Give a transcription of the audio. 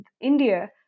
India